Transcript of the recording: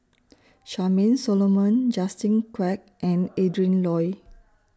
Charmaine Solomon Justin Quek and Adrin Loi